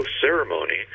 ceremony